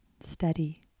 steady